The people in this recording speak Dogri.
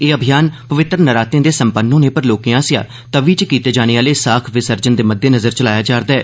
एह् अभियान पवित्तर नरातें दे संपन्न होने पर लोकें आसेआ तवी च कीते जाने आह्ले साख विसर्जन दे मद्देनज़र चलाया जा'रदा ऐ